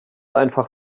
einfach